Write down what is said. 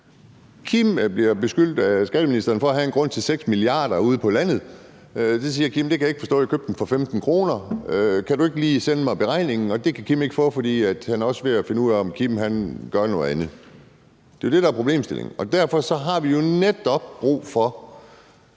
Kim bliver beskyldt af skatteministeren for at have en grund til 6 mia. kr. ude på landet. Til det siger Kim: Det kan jeg ikke forstå, jeg købte den for 15 kr. Kan du ikke lige sende mig beregningen? Men det kan Kim ikke få, for han er også ved at finde ud af, om Kim gør noget andet. Det er jo det, der er problemstillingen. Derfor har vi jo netop brug for,